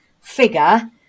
figure